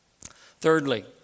Thirdly